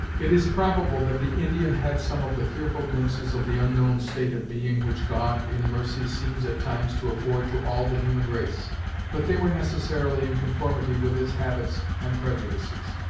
it is probable that the indian had some of the fearful glimpses of the unknown state of being which god, in mercy, seems at times to afford to all the human race but they were necessarily in conformity with his habits and prejudices.